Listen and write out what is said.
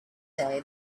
day